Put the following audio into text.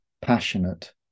passionate